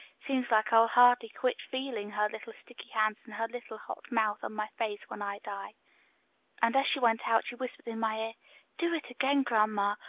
seems like i'll hardly quit feeling her little sticky hands and her little hot mouth on my face when i die and as she went out she whispered in my ear do it again, grandma,